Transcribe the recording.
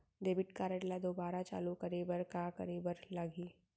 Debit card ला दोबारा चालू करे बर का करे बर लागही?